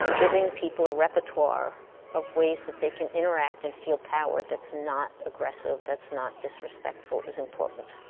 giving people a repertoire of ways that they can interact and feel power that's not aggressive, that's not disrespectful, is important.